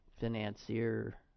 financier